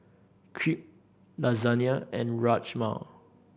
Crepe Lasagna and Rajma